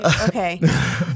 Okay